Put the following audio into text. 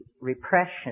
repression